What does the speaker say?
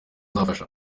bafasha